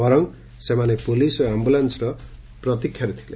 ବରଂ ସେମାନେ ପୁଲିସ୍ ଓ ଆମ୍ବଲାନ୍ର ପ୍ରତୀକ୍ଷାରେ ଥିଲେ